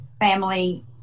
family